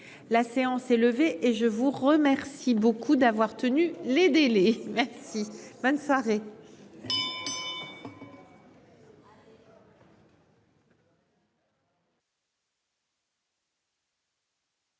La séance est levée et je vous remercie beaucoup d'avoir tenu les délais merci bonne soirée.